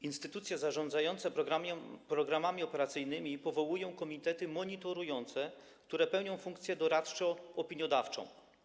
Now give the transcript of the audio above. Instytucje zarządzające programami operacyjnymi powołują komitety monitorujące, które pełnią funkcję doradczo-opiniodawczą.